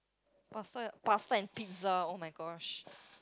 pasta pasta and pizza oh my gosh